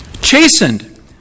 chastened